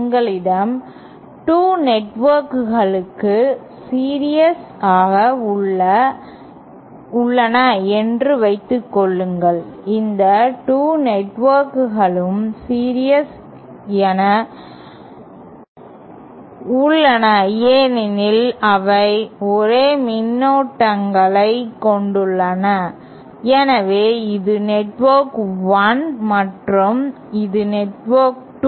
எங்களிடம் 2 நெட்வொர்க்குகள் சீரியஸ் ஆக உள்ளன என்று வைத்துக்கொள்ளுங்கள் இந்த 2 நெட்ஒர்க்குகளும் சீரீஸில் உள்ளன ஏனெனில் அவை ஒரே மின்னோட்டங்களைக் கொண்டுள்ளன எனவே இது நெட்வொர்க் 1 மற்றும் இது நெட்வொர்க் 2